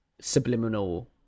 subliminal